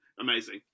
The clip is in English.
Amazing